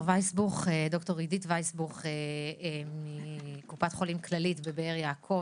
ד"ר אידית וייסבוך מקופת חולים כללית בבאר יעקב,